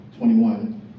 21